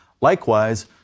Likewise